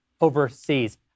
overseas